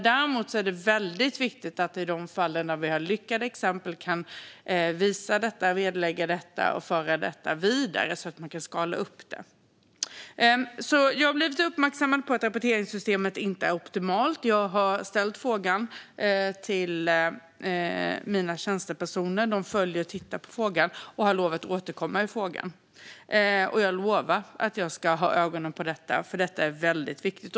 Däremot är det väldigt viktigt att vi i de fall där vi har lyckade exempel kan visa, belägga och föra detta vidare så att man kan skala upp det. Jag har alltså blivit uppmärksammad på att rapporteringssystemet inte är optimalt. Jag har ställt frågan till mina tjänstepersoner. De följer och tittar på frågan och har lovat att återkomma. Jag lovar att jag ska ha ögonen på detta eftersom detta är väldigt viktigt.